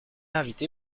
invité